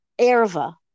erva